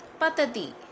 Patati